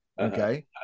okay